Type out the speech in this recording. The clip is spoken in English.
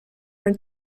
from